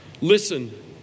Listen